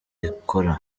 rikora